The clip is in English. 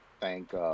thank